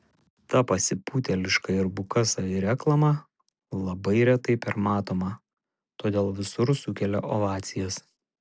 ta pasipūtėliška ir buka savireklama labai retai permatoma todėl visur sukelia ovacijas